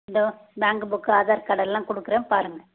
இதோ bank book Aadhaar கார்டெல்லாம் கொடுக்குறேன் பாருங்க